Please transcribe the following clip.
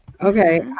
Okay